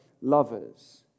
lovers